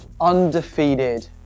undefeated